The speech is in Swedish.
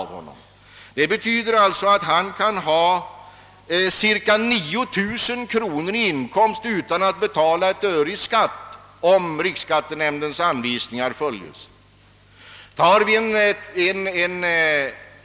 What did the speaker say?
Vederbörande kan alltså ha cirka 9 000 kronor i inkomst utan att behöva betala skatt, om riksskattenämndens anvisningar följes.